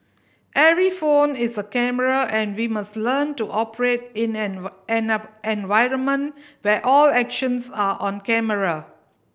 every phone is a camera and we must learn to operate in an environment where all actions are on camera